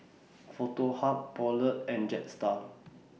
Foto Hub Poulet and Jetstar